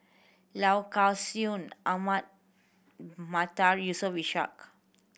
Low Kway Song Ahmad Mattar Yusof Ishak